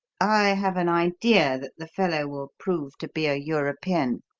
i have an idea that the fellow will prove to be a european.